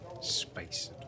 Space